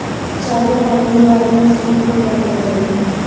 चावल काटने वाली मशीन को क्या कहते हैं?